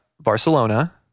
Barcelona